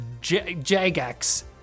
Jagex